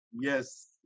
Yes